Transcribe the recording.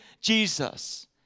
Jesus